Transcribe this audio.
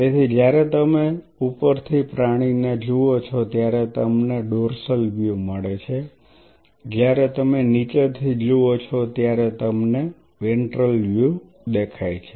તેથી જ્યારે તમે ઉપરથી પ્રાણી ને જુઓ છો ત્યારે તમને ડોર્સલ વ્યૂ મળે છે જ્યારે તમે નીચે થી જુઓ છો ત્યારે આ તમને વેન્ટ્રલ વ્યૂ દેખાઈ છે